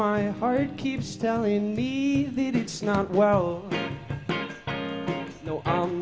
my heart keeps telling me that it's not well no